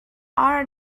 are